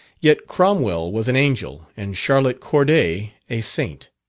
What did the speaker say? yet cromwell was an angel, and charlotte corday a saint.